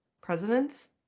Presidents